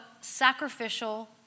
sacrificial